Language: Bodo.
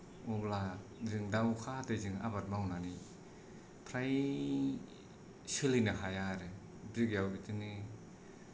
अब्ला जों दा अखा हादैजों आबाद मावनानै फ्राय सोलिनो हाया आरो बिगायाव बिदिनो